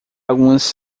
algumas